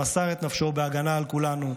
שמסר את נפשו בהגנה על כולנו.